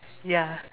ya